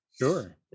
Sure